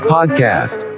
Podcast